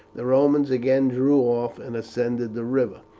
the romans again drew off and ascended the river.